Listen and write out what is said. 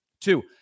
Two